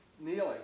kneeling